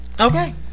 Okay